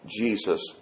Jesus